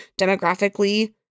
demographically